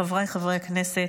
חבריי חברי הכנסת,